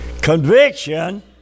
Conviction